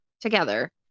together